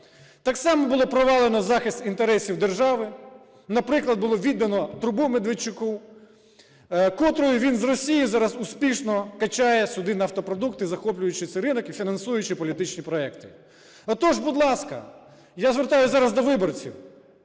Так само було провалено захист інтересів держави. Наприклад, було віддано трубу Медведчуку, котрою він з Росії зараз успішно качає сюди нафтопродукти, захоплюючи цей ринок і фінансуючи політичні проекти. Отож, будь ласка, я звертаюсь зараз до виборців,